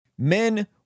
Men